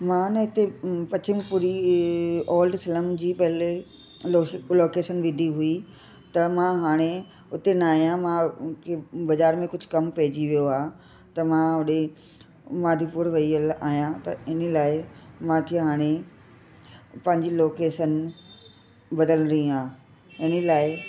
मां न हिते पश्चिम पुरी ओल्ड स्लम जी पहले लोके लोकेशन विझी हुई त मां हाणे उते न आयां मां बाज़ारि में कुझु कमु पइजी वियो आ त मां होॾे मादीपुर वयल आहियां त इन लाइ मूंखे हाणे पंहिंजी लोकेशन बदलणी आहे इन लाइ